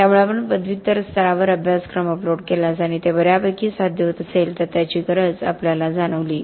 त्यामुळे आपण पदव्युत्तर स्तरावर अभ्यासक्रम अपलोड केल्यास आणि ते बऱ्यापैकी साध्य होत असेल तर याची गरज आपल्याला जाणवली